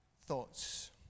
thoughts